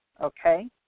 okay